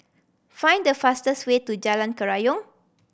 find the fastest way to Jalan Kerayong